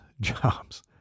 jobs